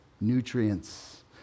nutrients